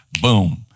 Boom